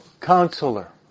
counselor